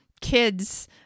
kids